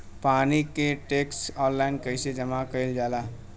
पानी क tax online कईसे जमा कईल जाला?